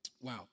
Wow